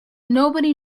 nobody